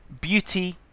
Beauty